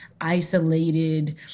isolated